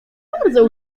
bardzo